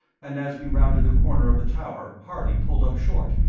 and as we rounded the corner of the tower harley pulled up short,